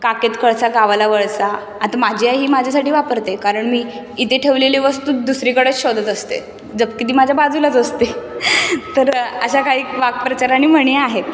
काखेत कळसा गावाला वळसा आता माझी आई ही माझ्यासाठी वापरते कारण मी इथे ठेवलेली वस्तू दुसरीकडेच शोधत असते जब की ती माझ्या बाजूलाच असते तर अशा काही वाक्प्रचार आणि म्हणी आहेत